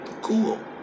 Cool